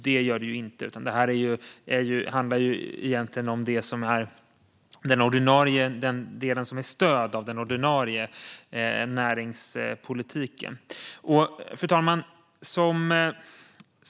Det har ibland låtit så, men denna debatt handlar ju om de ordinarie näringspolitiska stöden. Fru talman!